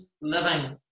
living